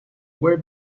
were